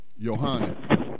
Johanna